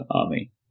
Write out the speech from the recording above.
army